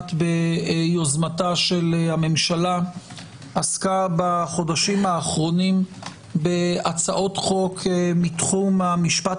מעט ביוזמת הממשלה עסקה בחודשים האחרונים בהצעות חוק מתחום המשפט